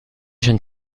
jeune